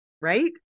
Right